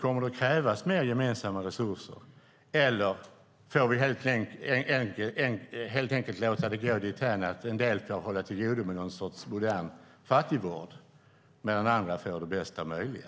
Kommer det att krävas mer gemensamma resurser, eller får vi helt enkelt låta det gå dithän att en del får hålla till godo med någon sorts fattigvård, medan andra får det bästa möjliga?